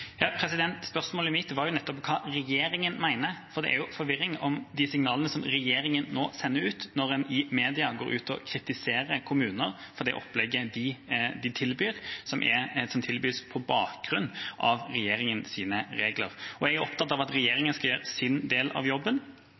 Spørsmålet mitt var nettopp hva regjeringa mener, for det er forvirring om de signalene som regjeringa nå sender ut, når man i media går ut og kritiserer kommuner for det opplegget de tilbyr, som tilbys på bakgrunn av regjeringas regler. Jeg er opptatt av at regjeringa skal gjøre sin del av jobben,